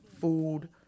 food